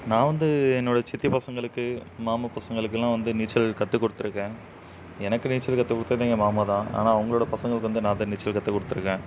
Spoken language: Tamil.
நான் வந்து என்னோடய சித்தி பசங்களுக்கு மாமா பசங்களுக்கெல்லாம் வந்து நீச்சல் கற்றுக் கொடுத்துருக்கேன் எனக்கு நீச்சல் கற்றுக் கொடுத்தது எங்கள் மாமா தான் ஆனால் அவங்களோட பசங்களுக்கு வந்து நான் தான் நீச்சல் கற்றுக் கொடுத்துருக்கேன்